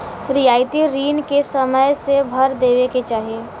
रियायती रिन के समय से भर देवे के चाही